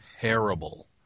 terrible